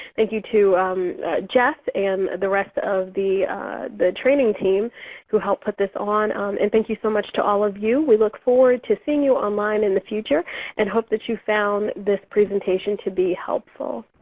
thank you to jeff and the rest of the the training team who help put this on. um and thank you so much to all of you. we look forward to seeing you online in the future and hope that you found this presentation to be helpful.